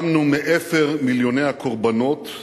קמנו מאפר מיליוני הקורבנות,